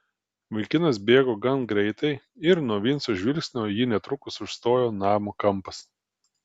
vaikinas bėgo gan greitai ir nuo vinco žvilgsnio jį netrukus užstojo namo kampas